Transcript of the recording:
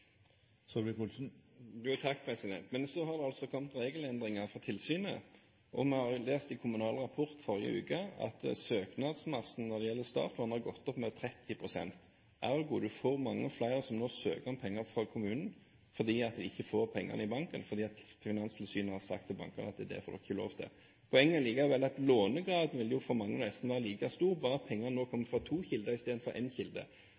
Men så har det altså kommet regelendringer fra Finanstilsynet. Vi leste i Kommunal Rapport forrige uke at søknadsmassen når det gjelder startlån, har gått opp med 30 pst. Ergo får en mange flere som nå søker om penger fra kommunen, fordi de ikke får pengene i banken. Finanstilsynet har sagt til bankene at det får de ikke lov til. Poenget ligger vel i at lånegraden for mange vil være nesten like stor, bare det at pengene kommer nå fra to kilder istedenfor fra én kilde.